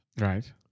right